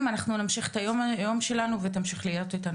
וחלק מהם מנוצלים על ידי מעסיקים,